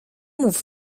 mów